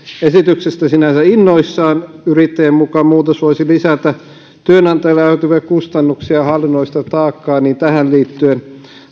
esityksestä sinänsä innoissaan yrittäjien mukaan muutos voisi lisätä työnantajille aiheutuvia kustannuksia hallinnollista taakkaa ja tähän liittyen